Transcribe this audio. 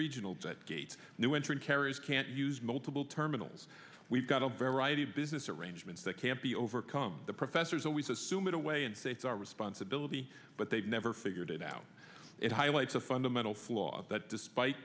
regional gates new entrant carries can't use multiple terminals we've got a better idea of business arrangements that can't be overcome the professors always assume it away and they are responsibility but they've never figured it out it highlights a fundamental flaw that despite